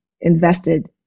invested